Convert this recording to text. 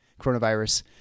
coronavirus